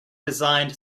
designed